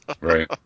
Right